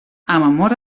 amor